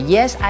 Yes